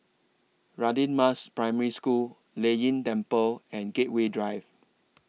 Radin Mas Primary School Lei Yin Temple and Gateway Drive